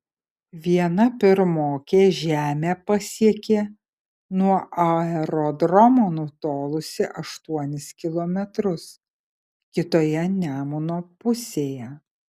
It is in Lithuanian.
viena pirmokė žemę pasiekė nuo aerodromo nutolusi aštuonis kilometrus kitoje nemuno pusėje